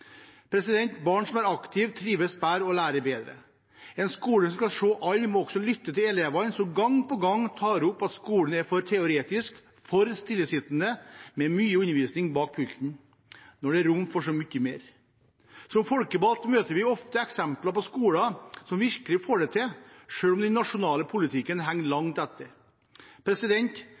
Barn som er aktive, trives bedre og lærer bedre. En skole som skal se alle, må også lytte til elevene som gang på gang tar opp at skolen er for teoretisk, for stillesittende, med mye undervisning bak pulten – når det er rom for så mye mer. Som folkevalgte møter vi ofte skoler som virkelig får det til, selv om den nasjonale politikken henger langt etter.